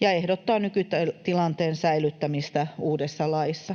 ja ehdottaa nykytilanteen säilyttämistä uudessa laissa.